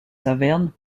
saverne